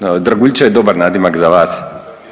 da, Draguljče je dobar nadimak za vas